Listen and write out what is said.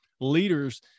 leaders